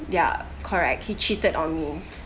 yeah correct he cheated on me